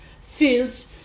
fields